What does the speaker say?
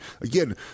again